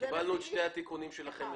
קיבלנו את שני התיקונים שלכם.